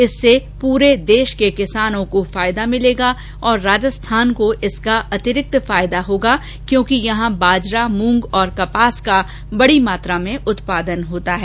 इससे पूरे देषभर के किसानों को फायदा होगा और राजस्थान को इसका अतिरिक्त फायदा होगा क्योंकि यहा बाजरा मूंग और कपास का बडी मात्रा में उत्पादन होता है